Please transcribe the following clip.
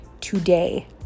today